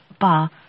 bar